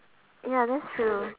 ya that's true